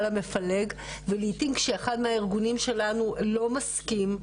המפלג ולעיתים כשאחד מהארגונים שלנו לא מסכים,